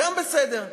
גם בסדר.